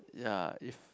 ya if